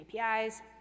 APIs